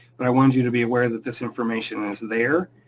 but i wanted you to be aware that this information is there,